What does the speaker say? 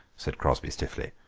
said crosby stiffly,